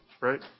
right